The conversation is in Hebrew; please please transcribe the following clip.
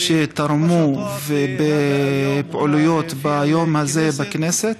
שתרמו לפעילויות ביום הזה בכנסת,